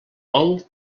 bou